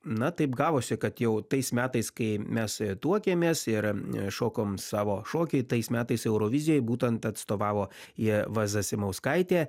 na taip gavosi kad jau tais metais kai mes tuokėmės ir šokom savo šokį tais metais eurovizijoj būtent atstovavo ieva zasimauskaitė